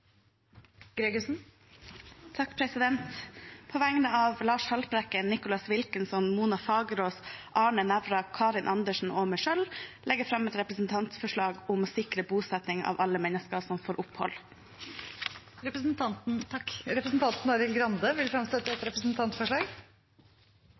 På vegne av Lars Haltbrekken, Nicholas Wilkinson, Mona Fagerås, Arne Nævra, Karin Andersen og meg selv legger jeg fram et representantforslag om å sikre bosetting av alle mennesker som får opphold. Representanten Arild Grande vil fremsette et